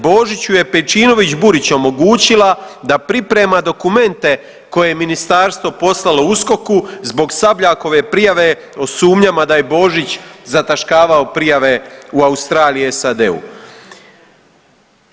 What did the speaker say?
Božiću je Pejčinović Burić omogućila da priprema dokumente koje je ministarstvo poslalo UKOK-u zbog Sabljakove prijave o sumnjama da je Božić zataškavao prijave u Australiji i SAD-u.